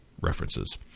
references